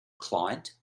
client